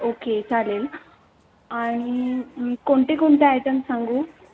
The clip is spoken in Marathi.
ओके चालेल आणि कोणते कोणते आयटम सांगू